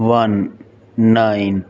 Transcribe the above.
one nine